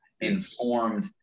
informed